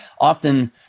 often